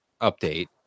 update